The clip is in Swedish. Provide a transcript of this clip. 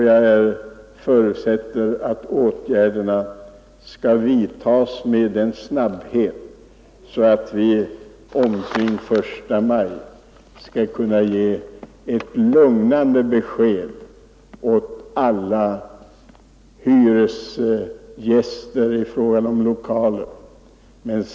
Jag förutsätter att åtgärderna vidtas med sådan snabbhet att vi omkring den 1 maj kan ge ett lugnande besked åt alla hyresgäster i fråga om lokaler.